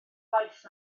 waith